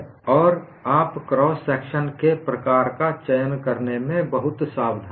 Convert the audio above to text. और आप cross section के प्रकार का चयन करने में बहुत सावधान हैं